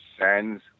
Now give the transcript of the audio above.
sends